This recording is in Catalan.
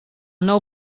nou